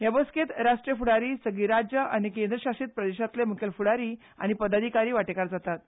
हे बसकेंत राष्ट्रीय फुडारी सगलीं राज्यां आनी केंद्रशासीत प्रेदेशांतले मुखेल फुडारी आनी पदाधिकारी वांटेकार जातात